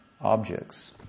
objects